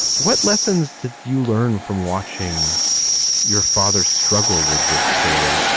what lessons did you learn from watching your father struggle with this story?